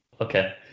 Okay